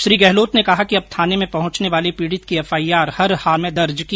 श्री गहलोत ने कहा कि अब थाने में पहुंचने वाले पीडित की एफआईआर हर हाल में दर्ज की जायेगी